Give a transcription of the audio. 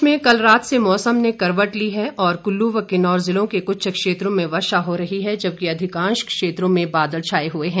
प्रदेश में कल रात से मौसम ने करवट ली है और कुल्लू व किन्नौर जिलों में कुछ क्षेत्रों में वर्षा हो रही है जबकि अधिकांश क्षेत्रों में बादल छाए हुए हैं